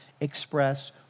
express